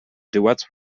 duets